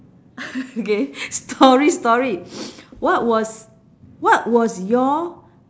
K story story what was what was your